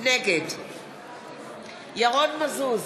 נגד ירון מזוז,